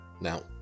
Now